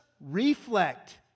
reflect